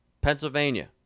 Pennsylvania